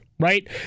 Right